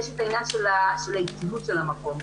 יש את העניין של היציבות של המקום.